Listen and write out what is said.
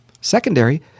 Secondary